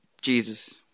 Jesus